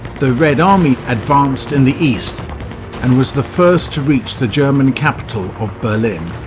the red army advanced in the east and was the first to reach the german capital of berlin